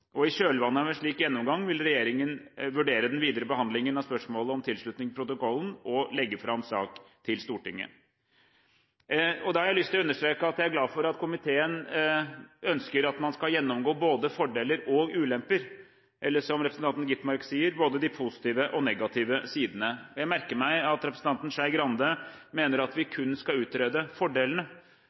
fattes. I kjølvannet av en slik gjennomgang vil regjeringen vurdere den videre behandlingen av spørsmålet om tilslutning til protokollen og legge saken fram for Stortinget. Da har jeg lyst til å understreke at jeg er glad for at komiteen ønsker at man skal gjennomgå både fordeler og ulemper, eller som representanten Gitmark sa: «både de positive og de negative sidene». Jeg merker meg at representanten Skei Grande mener at vi kun skal utrede fordelene.